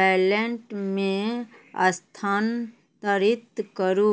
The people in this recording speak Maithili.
वैलेंट मे स्थानांतरित करू